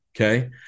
Okay